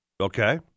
Okay